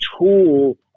tool